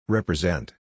Represent